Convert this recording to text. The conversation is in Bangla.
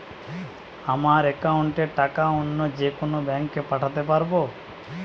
আমার একাউন্টের টাকা অন্য যেকোনো ব্যাঙ্কে পাঠাতে পারব?